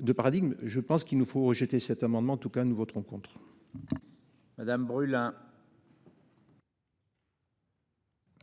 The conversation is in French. De paradigme. Je pense qu'il nous faut rejeter cet amendement. En tout cas, nous voterons contre. Madame brûle hein.